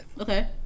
Okay